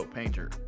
painter